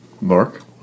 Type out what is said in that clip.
Mark